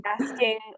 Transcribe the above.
asking